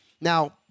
Now